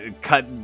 cut